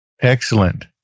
Excellent